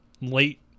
late